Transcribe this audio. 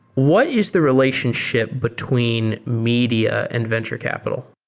what is the relationship between media and venture capital?